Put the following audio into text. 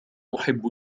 أحب